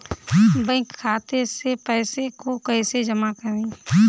Bank खाते से पैसे को कैसे जमा करें?